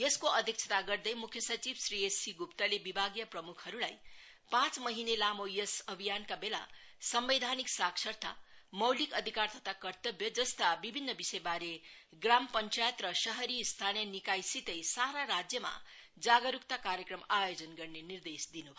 यसको अध्यक्षता गर्दै मुख्य सचिव श्री सि एस गुप्ताले विभागीय प्रमुखहरूलाई पाँच महिने लामो यस अभियानका वेला सम्बेधानिक साक्षरता मौलिक अधिकार तथा कर्तब्य जस्ता विभिन्न विषयबारे ग्राम पंचायत र शहरी स्थानीय निकायसितै सारा राज्यमा जागरूकता कार्यक्रम आयोजन गर्ने निर्देश दिनु भयो